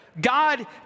God